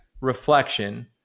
reflection